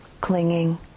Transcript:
clinging